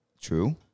True